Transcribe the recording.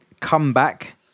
comeback